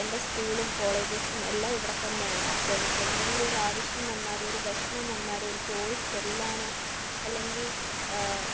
എൻ്റെ സ്കൂളും കോളേജസും എല്ലാം ഇവിടെ തന്നെയാണ് അപ്പോൾ എനിക്ക് എന്തെങ്കിലും ഒരാവശ്യം വന്നാല് ഒര് വിഷമം വന്നാല് എനിക്ക് ഓടി ചെല്ലാനോ അല്ലെങ്കിൽ